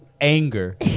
Anger